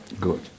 Good